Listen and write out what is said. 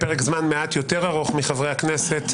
פרק זמן מעט יותר ארוך מחברי הכנסת,